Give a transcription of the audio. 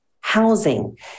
housing